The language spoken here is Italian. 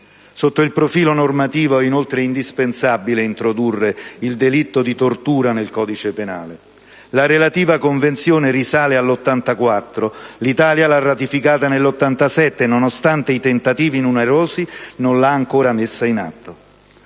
Sotto il profilo normativo è inoltre indispensabile introdurre il delitto di tortura nel codice penale. La relativa convenzione risale al 1984; l'Italia l'ha ratificata nel 1987 e, nonostante i numerosi tentativi, non l'ha ancora messa in atto.